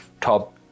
top